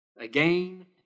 Again